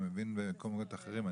אני מבין במקומות אחרים?